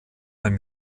man